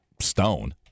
stone